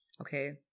Okay